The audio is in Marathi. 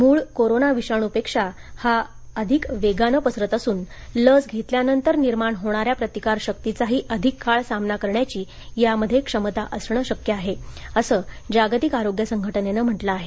मूळ कोरोना विषाणूपेक्षा तो अधिक वेगानं पसरत असून लस घेतल्यानंतर निर्माण होणाऱ्या प्रतिकार शक्तीचाही अधिक काळ सामना करण्याची त्यामध्ये क्षमता असणं शक्य आहे असं जागतिक आरोग्य संघटनेनं म्हटलं आहे